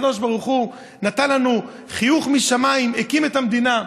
הקדוש ברוך הוא נתן לנו חיוך משמיים והקים את המדינה.